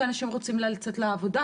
כי אנשים רוצים לצאת לעבודה,